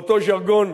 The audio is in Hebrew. באותו ז'רגון,